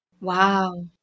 Wow